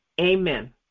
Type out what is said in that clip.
Amen